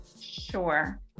Sure